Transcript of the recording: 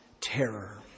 terror